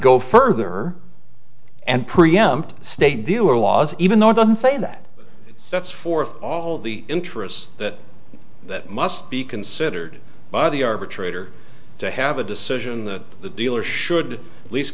go further and preempt state view or laws even though it doesn't say that it sets forth all the interests that that must be considered by the arbitrator to have a decision that the dealer should at least